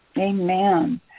Amen